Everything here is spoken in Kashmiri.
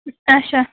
اَچھا